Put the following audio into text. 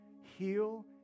heal